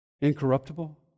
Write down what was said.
Incorruptible